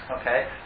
okay